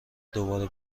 دوباره